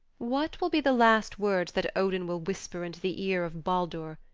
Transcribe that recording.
what will be the last words that odin will whisper into the ear of baldur,